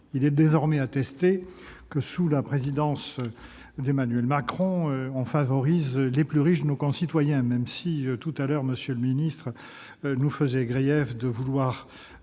Il est désormais attesté que, sous la présidence d'Emmanuel Macron, l'on favorise les plus riches de nos concitoyens, même si M. le secrétaire d'État nous a fait grief de vouloir